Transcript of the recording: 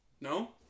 No